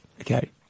Okay